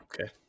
Okay